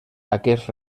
aquest